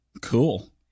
Cool